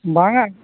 ᱵᱟᱝᱟ